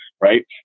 right